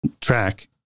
track